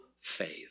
faith